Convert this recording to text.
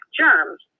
germs